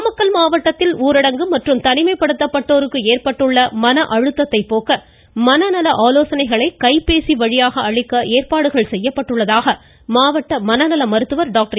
நாமக்கல் மாவட்டத்தில் ஊரடங்கு மற்றும் தனிமைப்படுத்தப்பட்டோருக்கு ஏற்பட்டுள்ள மன அழுத்தத்தை போக்க மனநல ஆலோசனைகளை கைப்பேசி வழியாக ஏற்பாடுகள் செய்யப்பட்டுள்ளதாக மாவட்ட அளிக்க மருத்துவர் டாக்டர்